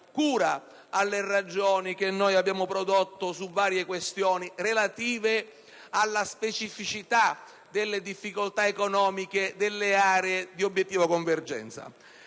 cura alle ragioni che abbiamo prodotto su varie questioni relative alla specificità delle difficoltà economiche delle aree di obiettivo convergenza.